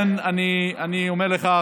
אני אומר לך,